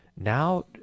now